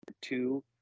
two